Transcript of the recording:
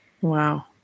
Wow